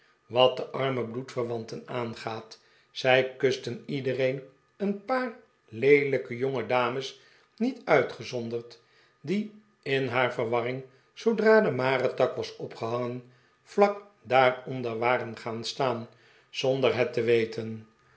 wat de arme bloedverwanten aangaat zij kusten iedereen een paar leelijke jongedames niet uitgezonderd die in haar verwarring zoodra de marentak was opgehangen vlak daaronder waren gaan staan zonder het te weten